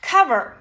Cover